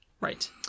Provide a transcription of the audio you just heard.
Right